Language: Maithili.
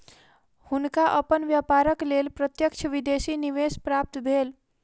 हुनका अपन व्यापारक लेल प्रत्यक्ष विदेशी निवेश प्राप्त भेल